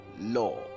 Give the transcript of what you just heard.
law